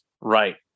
Right